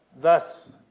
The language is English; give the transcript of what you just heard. Thus